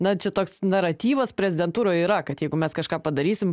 na čia toks naratyvas prezidentūroj yra kad jeigu mes kažką padarysim